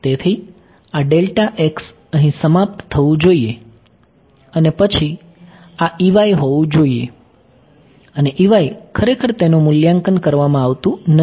તેથી આ અહીં સમાપ્ત થવું જોઈએ અને પછી આ હોવું જોઈએ અને ખરેખર તેનું મૂલ્યાંકન કરવામાં આવતું નથી